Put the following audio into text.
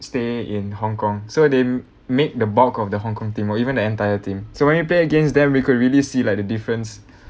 stay in Hong-Kong so they made the bulk of the Hong-Kong team or even the entire team so when you play against them we could really see like the difference